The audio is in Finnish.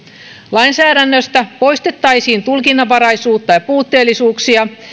lainsäädännöstä poistettaisiin tulkinnanvaraisuutta ja puutteellisuuksia